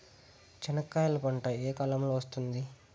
చెనక్కాయలు పంట ఏ కాలము లో వస్తుంది